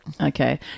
Okay